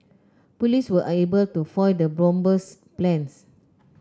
police were able to foil the bomber's plans